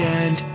end